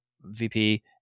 VP